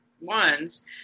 ones